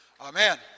Amen